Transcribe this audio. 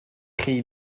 chi